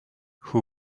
who